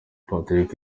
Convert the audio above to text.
patrick